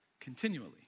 continually